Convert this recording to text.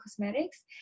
Cosmetics